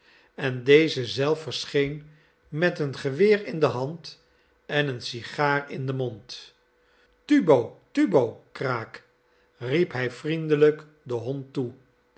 en deze zelf verscheen met een geweer in de hand en een sigaar in den mond tubo tubo kraak riep hij vriendelijk den hond toe